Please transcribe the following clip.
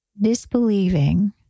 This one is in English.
disbelieving